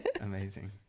amazing